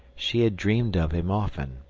she had dreamed of him often,